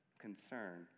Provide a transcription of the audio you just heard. concern